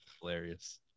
hilarious